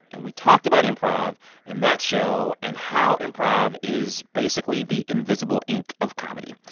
and we talked about improv and that show and how improv is basically the invisible ink of comedy.